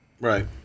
right